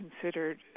considered